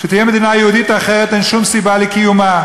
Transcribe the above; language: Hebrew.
שתהיה מדינה יהודית, אחרת אין שום סיבה לקיומה.